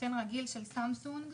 מטען רגיל של סמסונג.